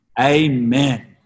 amen